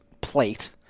plate